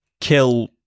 kill